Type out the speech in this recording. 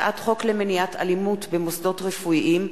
הצעת חוק למניעת אלימות במוסדות רפואיים,